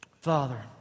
Father